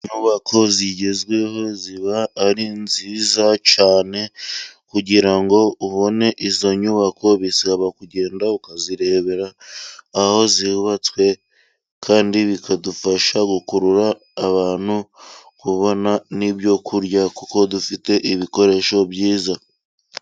Inyubako zigezweho ziba ari nziza cyane kugirango, ubone izo nyubako bisaba kugenda ukazirebera aho zubatswe, kandi bikadufasha gukurura abantu kubona n'ibyoku kurya, kuko dufite ibikoresho byiza.